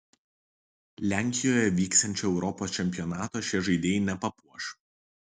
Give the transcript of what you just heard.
lenkijoje vyksiančio europos čempionato šie žaidėjai nepapuoš